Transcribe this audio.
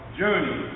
journey